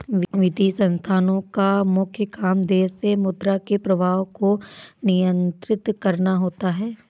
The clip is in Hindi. वित्तीय संस्थानोँ का मुख्य काम देश मे मुद्रा के प्रवाह को नियंत्रित करना होता है